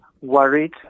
worried